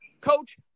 Coach